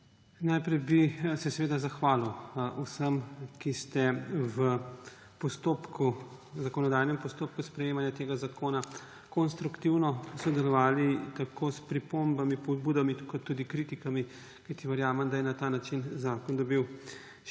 Najprej bi se zahvalil vsem, ki ste v zakonodajnem postopku sprejemanja tega zakona konstruktivno sodelovali tako s pripombami, pobudami kot tudi kritikami, kajti verjamem, da je na ta način zakon dobil